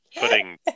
putting